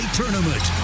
tournament